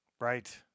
Right